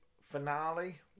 finale